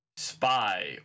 Spy